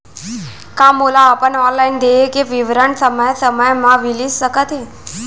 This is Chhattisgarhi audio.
का मोला अपन ऑनलाइन देय के विवरण समय समय म मिलिस सकत हे?